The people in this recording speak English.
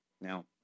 now